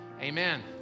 Amen